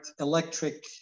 electric